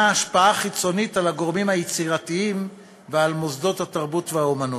השפעה חיצונית על הגורמים היצירתיים ועל מוסדות התרבות והאמנות.